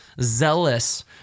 zealous